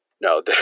No